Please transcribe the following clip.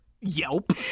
yelp